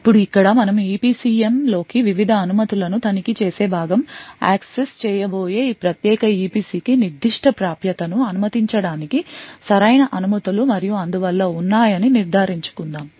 ఇప్పుడు ఇక్కడ మనం EPCM లోకి వివిధ అనుమతులను తనిఖీ చేసే భాగం యాక్సెస్ చేయబోయే ఈ ప్రత్యేక EPC కి నిర్దిష్ట ప్రాప్యతను అనుమతించడానికి సరైన అనుమతులు మరియు అందువల్ల ఉన్నాయని నిర్ధారించుకుందాం